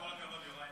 כל הכבוד, יוראי.